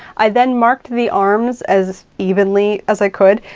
i then marked the arms as evenly as i could,